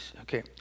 okay